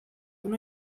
una